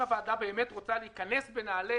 הוועדה באמת רוצה להיכנס בנעלי